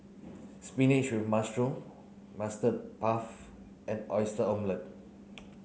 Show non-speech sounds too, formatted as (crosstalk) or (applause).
spinach with mushroom (unintelligible) puff and oyster omelette